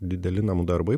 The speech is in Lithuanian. dideli namų darbai